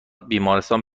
بیمارستان